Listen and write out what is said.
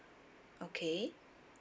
okay